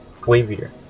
wavier